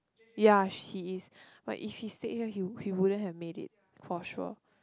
ya she is but if she stayed here he would he wouldn't have made it for sure